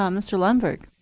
um mr. lundberg.